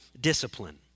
discipline